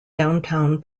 downtown